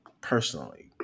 personally